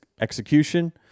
execution